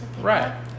Right